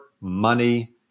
money